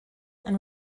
and